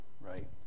right